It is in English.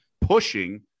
pushing